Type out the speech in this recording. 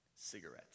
cigarettes